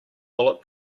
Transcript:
bullet